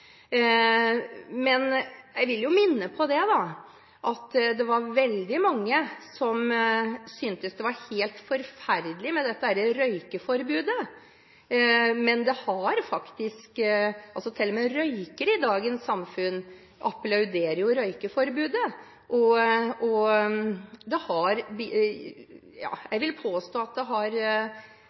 Men jeg vil jo minne om at det var veldig mange som syntes det var helt forferdelig med dette røykeforbudet. Til og med røykere i dagens samfunn applauderer jo røykeforbudet. Jeg vil påstå at det har